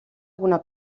alguna